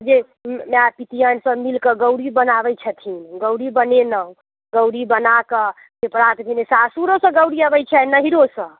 जे माय पितिआइन सब मिलकऽ गौरी बनाबैत छथिन गौरी बनेलहुँ गौरी बनाकऽ फेर प्रात भेने सासुरूसँ गौरी अबैत छै आ नैहरोसँ